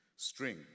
string